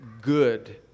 good